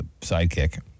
sidekick